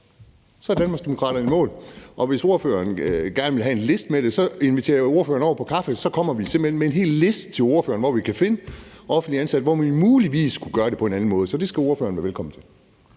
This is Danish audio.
så er Danmarksdemokraterne i mål. Hvis ordføreren gerne vil have en liste med det, inviterer jeg ordføreren over på kaffe, og så kommer vi simpelt hen med en hel liste til ordføreren over, hvor vi kan finde offentligt ansatte steder, hvor man muligvis kunne gøre det på en anden måde. Så det skal ordføreren være velkommen til.